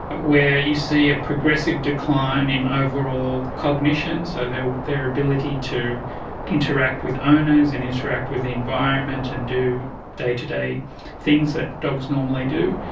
where you see a progressive decline in overall cognition, so their their ability to interact with owners and interact with the environment and do day-to-day things that dogs normally do,